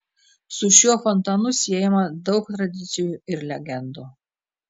su šiuo fontanu siejama daug tradicijų ir legendų